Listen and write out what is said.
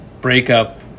breakup